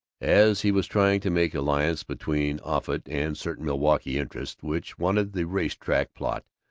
as he was trying to make alliance between offutt and certain milwaukee interests which wanted the race-track plot,